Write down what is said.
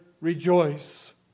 rejoice